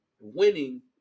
winning